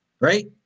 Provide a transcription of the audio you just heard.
right